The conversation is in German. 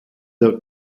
der